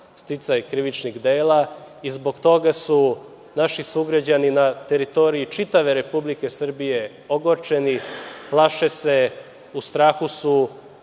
sticaji krivičnih dela. Zbog toga su naši sugrađani na teritoriji čitave Republike Srbije ogorčeni, plaše se, u strahu su